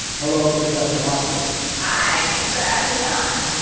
hello, professor oster. hi. thanks for having me on.